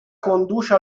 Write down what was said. conduce